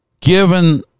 given